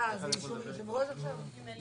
שזה לא